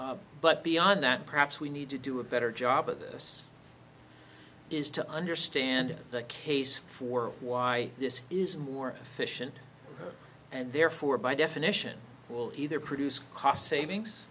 but beyond that perhaps we need to do a better job of this is to understand the case for why this is more efficient and therefore by definition will either produce cost savings